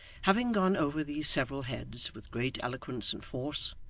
having gone over these several heads with great eloquence and force,